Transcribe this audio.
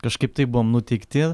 kažkaip taip buvom nuteikti